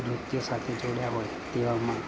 નૃત્ય સાથે જોડ્યા હોય તેવામાં